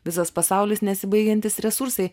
visas pasaulis nesibaigiantys resursai